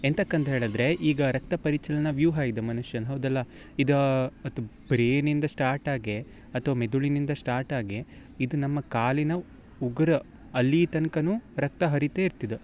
ಎಂತಕ್ಕಂದು ಹೇಳಿದ್ರೆ ಈಗ ರಕ್ತ ಪರಿಚಲನ ವ್ಯೂಹ ಇದು ಮನುಷ್ಯನು ಹೌದಲ್ಲ ಇದು ಬ್ರೈನ್ನಿಂದ ಸ್ಟಾರ್ಟ್ ಆಗಿ ಅಥ್ವಾ ಮೆದುಳಿನಿಂದ ಸ್ಟಾರ್ಟ್ ಆಗಿ ಇದು ನಮ್ಮ ಕಾಲಿನ ಉಗುರ್ ಅಲ್ಲಿ ತನಕನೂ ರಕ್ತ ಹರಿತೆ ಇರ್ತು ಇದು